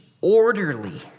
orderly